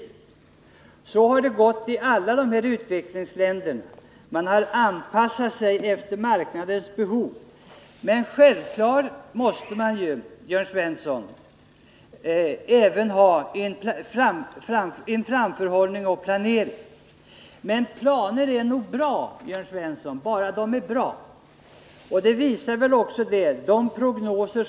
Så har det gått till i alla utvecklingsländer. De har anspassat sig efter marknadens behov. Självfallet måste vi, Jörn Svensson, även ha en framförhållning och planering. Planer är nog bra — bara de är bra. Men det är svårt att ta fram goda prognoser.